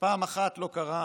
לא קרה